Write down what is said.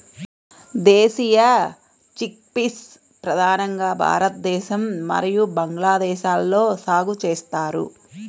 దేశీయ చిక్పీస్ ప్రధానంగా భారతదేశం మరియు బంగ్లాదేశ్లో సాగు చేస్తారు